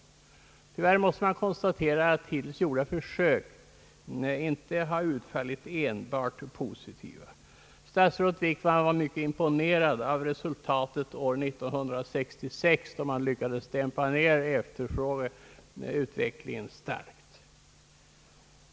Tyvärr måste man konstatera att hittills gjorda försök inte utfallit enbart positivt. Statsrådet Wickman var mycket imponerad av resultatet år 1966, när man lyckades starkt dämpa efterfrågeutvecklingen.